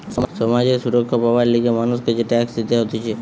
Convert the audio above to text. সমাজ এ সুরক্ষা পাবার লিগে মানুষকে যে ট্যাক্স দিতে হতিছে